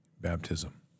baptism